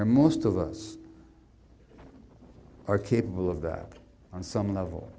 are most of us are capable of that on some level